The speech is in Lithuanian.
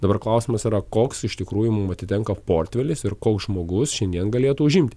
dabar klausimas yra koks iš tikrųjų mum atitenka portfelis ir koks žmogus šiandien galėtų užimti